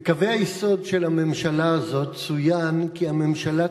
בקווי היסוד של הממשלה הזאת צוין כי הממשלה